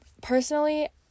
personally